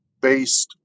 based